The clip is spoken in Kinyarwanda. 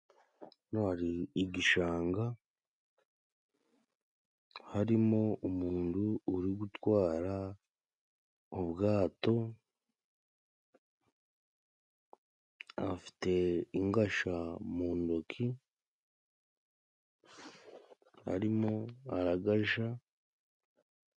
Hano harimo igishanga ,harimo umundu uri gutwara ubwato ,afite ingasha mu ntoki ,arimo aragasha...